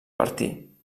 bertí